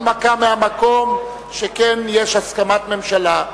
הנמקה מהמקום, שכן יש הסכמת הממשלה.